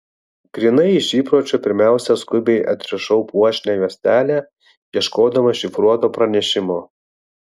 grynai iš įpročio pirmiausia skubiai atrišau puošnią juostelę ieškodama šifruoto pranešimo